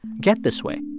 get this way?